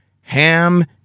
Ham